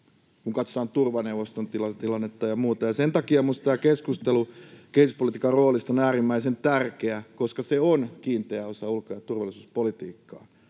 kun katsotaan turvaneuvoston tilannetta ja muuta. Ja sen takia minusta tämä keskustelu kehityspolitiikan roolista on äärimmäisen tärkeä, koska se on kiinteä osa ulko- ja turvallisuuspolitiikkaa.